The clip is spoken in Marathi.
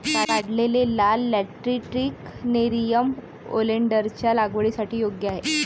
काढलेले लाल लॅटरिटिक नेरियम ओलेन्डरच्या लागवडीसाठी योग्य आहे